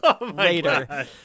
later